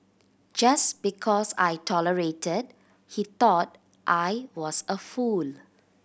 just because I tolerated he thought I was a fool